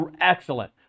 excellent